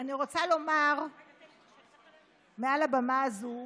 אני רוצה לומר מעל הבמה הזאת